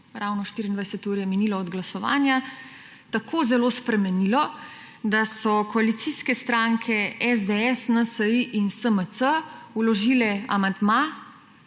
ravno 24 ur je minilo od glasovanja – tako zelo spremenilo, da so koalicijske stranke SDS, NSi in SMC vložile amandma